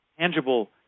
tangible